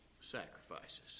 sacrifices